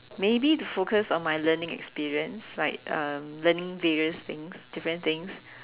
maybe to focus on my learning experience like um learning various things different things